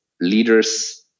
Leaders-